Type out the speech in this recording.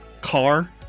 car